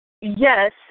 Yes